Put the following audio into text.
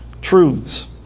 truths